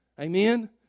Amen